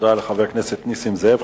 תודה לחבר הכנסת נסים זאב.